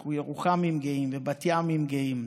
אנחנו ירוחמים גאים ובת-ימים גאים.